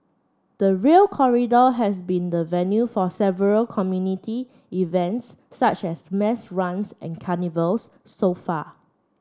the Rail Corridor has been the venue for several community events such as mass runs and carnivals so far